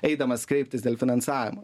eidamas kreiptis dėl finansavimo